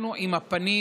אנחנו עם הפנים